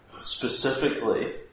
Specifically